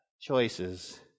choices